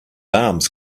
arms